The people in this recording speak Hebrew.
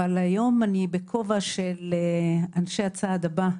אבל היום אני בכובע של אנשי "הצעד הבא",